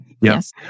yes